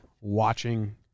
watching –